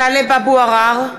טלב אבו עראר,